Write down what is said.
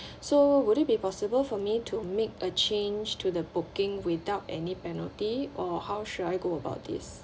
so would it be possible for me to make a change to the booking without any penalty or how should I go about this